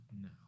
No